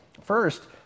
First